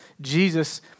Jesus